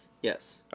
Yes